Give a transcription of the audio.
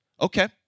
okay